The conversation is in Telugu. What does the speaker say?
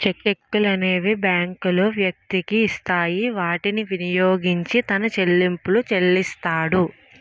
చెక్కులనేవి బ్యాంకులు వ్యక్తికి ఇస్తాయి వాటిని వినియోగించి తన చెల్లింపులు చేస్తాడు